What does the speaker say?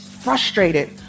frustrated